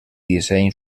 disseny